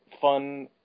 fun